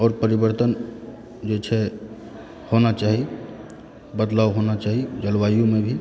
आओर परिवर्तन जे छै होना चाही बदलाव होना चाही जलवायुमे भी